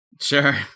Sure